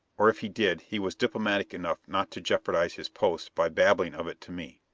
or if he did, he was diplomatic enough not to jeopardize his post by babbling of it to me.